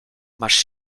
masz